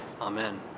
amen